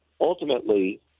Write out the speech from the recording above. ultimately